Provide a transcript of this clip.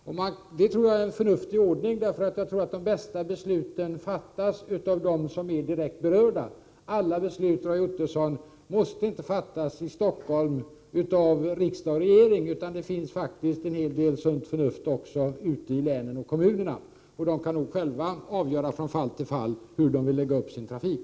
Jag tror att detta är en förnuftig ordning, eftersom jag tror att de bästa besluten fattas av dem som är direkt berörda. Alla beslut, Roy Ottosson, måste inte fattas i Stockholm av riksdag och regering. Det finns faktiskt en hel del sunt förnuft också ute i länen och i kommunerna. Där kan man nog själv från fall till fall avgöra hur man vill lägga upp sin trafik.